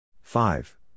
Five